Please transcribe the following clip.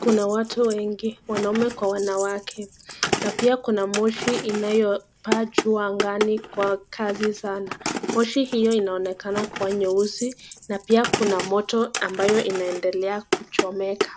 Kuna watu wengi, wanaume kwa wanawake. Na pia kuna moshi inayo paa juu anga ndani kwa kasi sana. Moshi hiyo inaonekana kuwa nyeusi na pia kuna moto ambayo inaendelea kuchomeka.